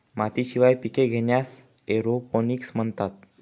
मातीशिवाय पिके घेण्यास एरोपोनिक्स म्हणतात